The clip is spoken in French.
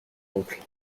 oncle